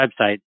website